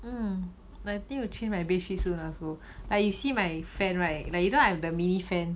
um I need to change my bed sheet soon also like you see my fan right like you know I have the mini fan